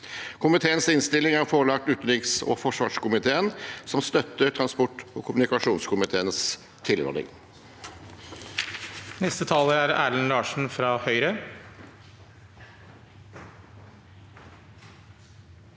Komiteens innstilling er forelagt utenriks- og forsvarskomiteen, som støtter transport- og kommunikasjonskomiteens tilråding.